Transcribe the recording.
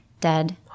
dead